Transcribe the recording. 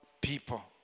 people